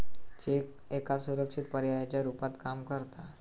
check एका सुरक्षित पर्यायाच्या रुपात काम करता